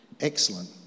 Excellent